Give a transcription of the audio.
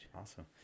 awesome